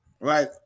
right